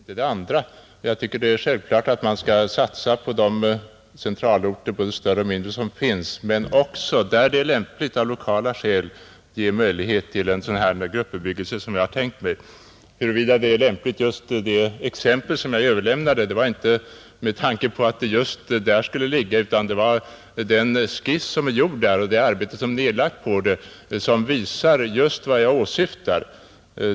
Fru talman! Det ena goda förskjuter väl inte det andra. Jag tycker att det är självklart att man skall satsa på de centralorter som finns — både större och mindre — och jag menar att man där det är lämpligt av lokala skäl skall ge möjlighet till en sådan gruppbebyggelse som jag har tänkt mig. Jag vill emellertid säga att anledningen till att jag tog upp det av mig redovisade exemplet inte var att just den platsen var lämplig för sådan bebyggelse. Jag gjorde det därför att den skiss som har gjorts upp och det arbete som där är nedlagt visar just vad jag åsyftar.